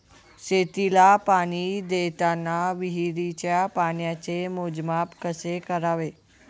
शेतीला पाणी देताना विहिरीच्या पाण्याचे मोजमाप कसे करावे?